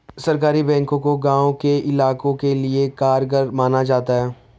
सहकारी बैंकों को गांव के इलाकों के लिये कारगर माना जाता है